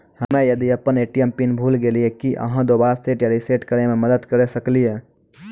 हम्मे यदि अपन ए.टी.एम पिन भूल गलियै, की आहाँ दोबारा सेट या रिसेट करैमे मदद करऽ सकलियै?